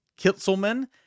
Kitzelman